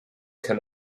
can